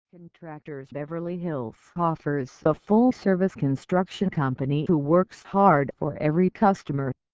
contractors beverly hills offers a full service construction company who works hard for every customer.